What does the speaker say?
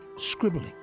scribbling